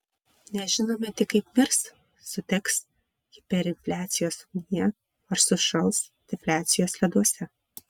nežinome tik kaip mirs sudegs hiperinfliacijos ugnyje ar sušals defliacijos leduose